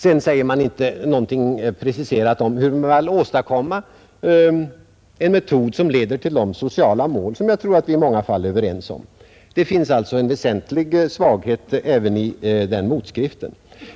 Sedan säger de emellertid inte något preciserat om hur man skall kunna åstadkomma en metod som leder till de sociala mål som vi i många fall är överens om. Det finns alltså en väsentlig svaghet även i motskriften.